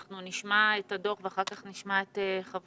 אנחנו נשמע את הדוח ואחר כך נשמע את חברי